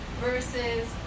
versus